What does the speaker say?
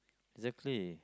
exactly